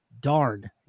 darn